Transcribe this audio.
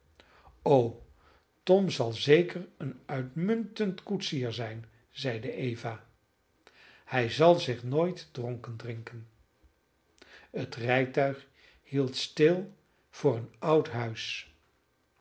o tom zal zeker een uitmuntend koetsier zijn zeide eva hij zal zich nooit dronken drinken het rijtuig hield stil voor een oud huis